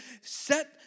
set